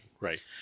Right